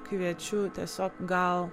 kviečiu tiesiog gal